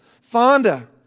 Fonda